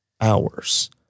hours